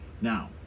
Now